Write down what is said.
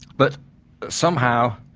but somehow,